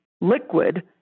liquid